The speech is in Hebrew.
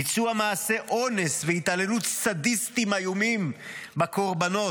ביצוע מעשי אונס והתעללות סדיסטיים איומים בקורבנות,